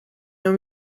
não